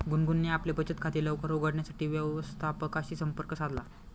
गुनगुनने आपले बचत खाते लवकर उघडण्यासाठी व्यवस्थापकाशी संपर्क साधला